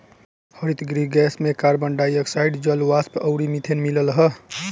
हरितगृह गैस में carbon dioxide, जलवाष्प अउरी मीथेन मिलल हअ